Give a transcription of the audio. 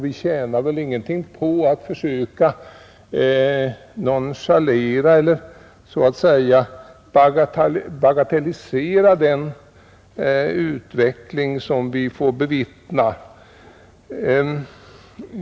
Vi tjänar väl ingenting på att försöka nonchalera eller bagatellisera den utveckling som vi får bevittna.